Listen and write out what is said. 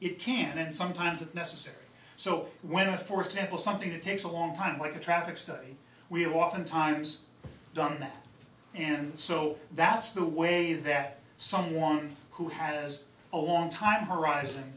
it can and sometimes it's necessary so when for example something that takes a long time like a traffic study we oftentimes done that and so that's the way that someone who has a long time horizon